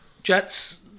Jets